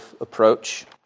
approach